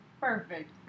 perfect